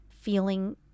feeling